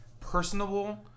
personable